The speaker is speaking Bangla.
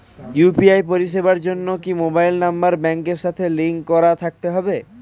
ইউ.পি.আই পরিষেবার জন্য কি মোবাইল নাম্বার ব্যাংকের সাথে লিংক করা থাকতে হবে?